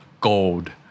Gold